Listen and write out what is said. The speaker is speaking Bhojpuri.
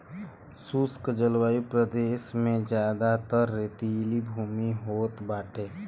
शुष्क जलवायु प्रदेश में जयादातर रेतीली भूमि होत बाटे